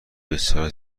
بسیار